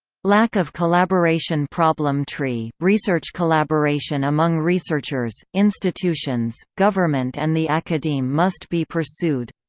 lack of collaboration problem tree research collaboration among researchers, institutions, government and the academe must be pursued.